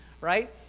right